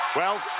well,